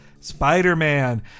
Spider-Man